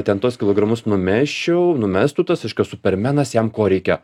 ten tuos kilogramus numesčiau numestų tas reiškia supermenas jam ko reikia